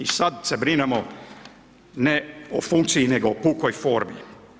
I sad se brinemo ne o funkciji nego o pukoj formi.